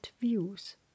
views